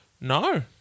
no